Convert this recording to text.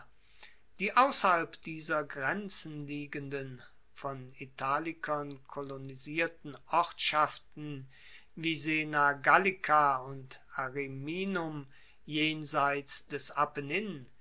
die ausserhalb dieser grenzen liegenden von italikern kolonisierten ortschaften wie sena gallica und ariminum jenseits des